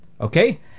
okay